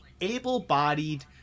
able-bodied